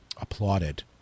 applauded